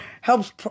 helps